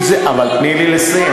כמה לא רשומים?